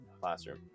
classroom